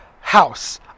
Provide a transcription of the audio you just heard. house